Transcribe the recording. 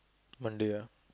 Monday ah